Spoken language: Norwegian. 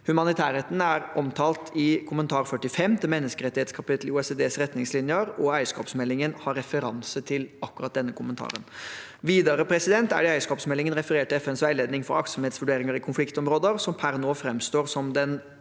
Humanitærretten er omtalt i kommentar 45 til menneskerettighetskapittelet i OECDs retningslinjer, og eierskapsmeldingen har referanse til akkurat denne kommentaren. Videre er det i eierskapsmeldingen referert til FNs veiledning for aktsomhetsvurderinger i konfliktområder, som per nå framstår som den